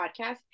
podcast